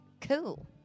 cool